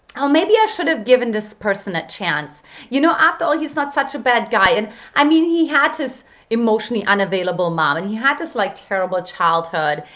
maybe i should have given this person a chance you know after all, he's not such a bad guy. and i mean he had this emotionally unavailable mom, and he had this like terrible childhood.